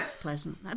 pleasant